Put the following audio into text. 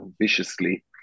viciously